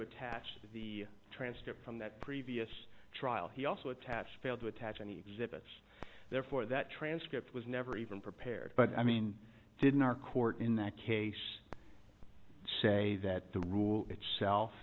attach to the transcript from that previous trial he also attached failed to attach any exhibits therefore that transcript was never even prepared but i mean didn't our court in that case say that the rule itself